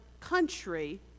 country